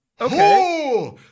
Okay